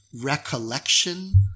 recollection